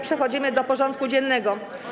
Przechodzimy do porządku dziennego.